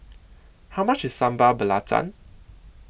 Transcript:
How much IS Sambal Belacan